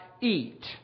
eat